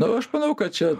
nu aš manau kad čia